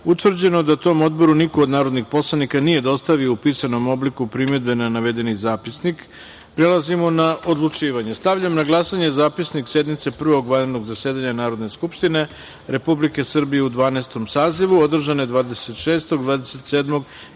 utvrđeno da tom Odboru niko od narodnih poslanika nije dostavio u pisanom obliku primedbe na navedeni zapisnik. Prelazimo na odlučivanje. Stavljam na glasanje Zapisnik sednice Prvog vanrednog zasedanja Narodne skupštine Republike Srbije u Dvanaestom sazivu, održane 26, 27.